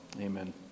Amen